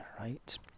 right